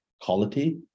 quality